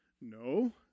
No